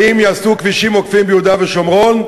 האם יעשו כבישים עוקפים ביהודה ושומרון,